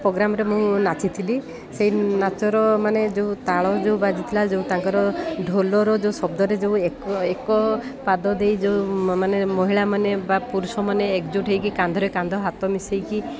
ପୋଗ୍ରାମରେ ମୁଁ ନାଚି ଥିଲି ସେଇ ନାଚର ମାନେ ଯେଉଁ ତାଳ ଯେଉଁ ବାଜିଥିଲା ଯେଉଁ ତାଙ୍କର ଢୋଲର ଯେଉଁ ଶବ୍ଦରେ ଯେଉଁ ଏକ ଏକ ପାଦ ଦେଇ ଯେଉଁ ମାନେ ମହିଳାମାନେ ବା ପୁରୁଷମାନେ ଏକଜୁଟ ହେଇକି କାନ୍ଧରେ କାନ୍ଧ ହାତ ମିଶାଇକି